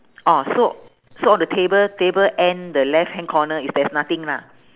oh so so on the table table end the left hand corner is there's nothing lah